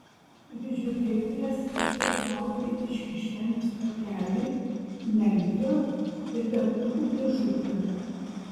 prižiūrėtojas išsitraukė iš kišenės pakelį memfio ir degtukų dėžutę